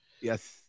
yes